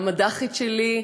המד"כית שלי,